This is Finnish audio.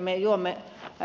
me juomme